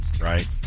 right